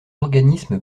organisme